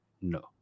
No